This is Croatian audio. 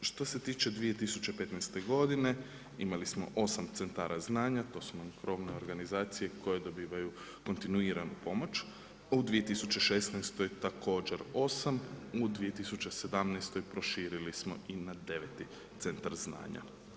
Što se tiče 2015. godine, imali smo 8 centara znanja, to su krovna organizacije koje dobivaju kontinuiranu pomoć, a u 2016. također 8, u 2017. proširili smo i na 9. centra znanja.